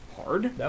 hard